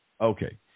Okay